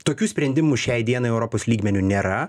tokių sprendimų šiai dienai europos lygmeniu nėra